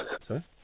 Sorry